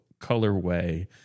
colorway